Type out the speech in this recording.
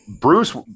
Bruce